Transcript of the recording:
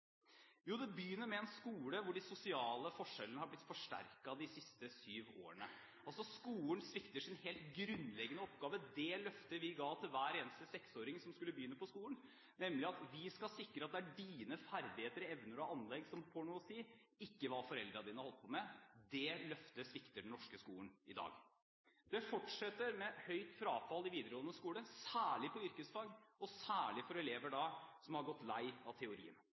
Jo, det begynner med en skole hvor de sosiale forskjellene har blitt forsterket de siste syv årene. Skolen svikter sin helt grunnleggende oppgave, det løftet vi ga til hver eneste seksåring som skulle begynne på skolen: Vi skal sikre at det er dine ferdigheter, evner og anlegg som får noe å si, ikke hva foreldrene dine har holdt på med. Det løftet svikter den norske skolen i dag. Det fortsetter med høyt frafall i videregående skole, særlig på yrkesfag og særlig for elever som har gått lei av teorien.